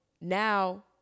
now